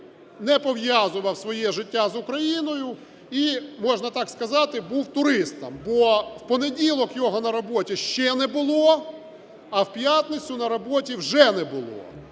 не пов'язував своє життя з Україною і, можна так сказати, був туристом, бо в понеділок його на роботі ще не було, а в п'ятницю на роботі вже не було.